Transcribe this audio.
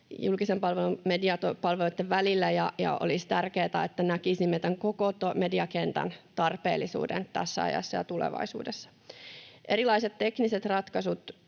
julkisen palvelun mediapalveluitten välillä. Olisi tärkeätä, että näkisimme tämän koko mediakentän tarpeellisuuden tässä ajassa ja tulevaisuudessa. Erilaiset tekniset ratkaisut